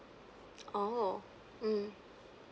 oh mm